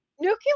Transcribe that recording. Nuclear